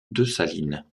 dessalines